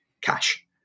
cash